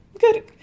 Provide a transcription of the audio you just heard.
good